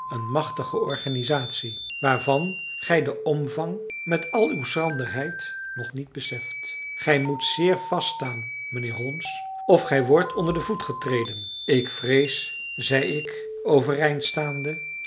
een machtige organisatie waarvan gij den omvang met al uw schranderheid nog niet beseft gij moet zeer vast staan mijnheer holmes of gij wordt onder den voet getreden ik vrees zeide ik overeind staande